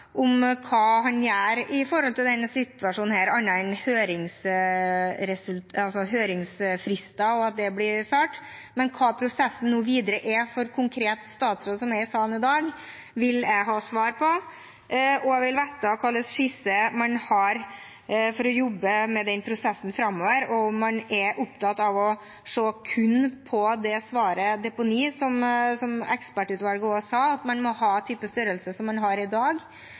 om hva han gjør i denne situasjonen, annet enn høringsfrister og at det blir hørt, men hva den videre prosessen nå er konkret for statsråden som er i salen i dag, vil jeg ha svar på. Jeg vil vite hva slags skisse han har for å jobbe med den prosessen framover, om han er opptatt av å se kun på svaret deponi – ekspertutvalget sa også at man i et nytt deponi må ha den typen størrelse man har i dag